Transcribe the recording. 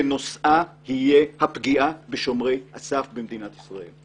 שנושאה יהיה הפגיעה בשומרי הסף במדינת ישראל.